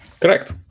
correct